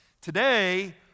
Today